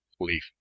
Leaf